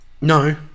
No